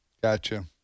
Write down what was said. Gotcha